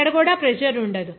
ఇక్కడ కూడా ప్రెజర్ ఉండదు